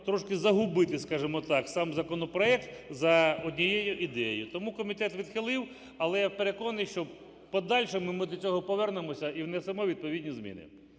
трошки загубити, скажімо так, сам законопроект за однієї ідеї. Тому комітет відхилив. Але, переконаний, що в подальшому ми до цього повернемося і внесемо відповідні зміни.